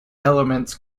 elements